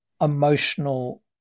emotional